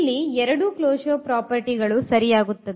ಇಲ್ಲಿ ಎರಡೂ closure property ಗಳು ಸರಿಯಾಗುತ್ತದೆ